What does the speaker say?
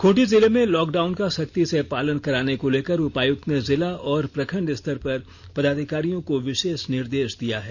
खूंटी जिले में लॉकडाउन का सख्ती से पालन कराने को लेकर उपायुक्त ने जिला और प्रखंड स्तर पर पदाधिकारियों को विशेष निर्देश दिया है